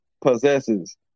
possesses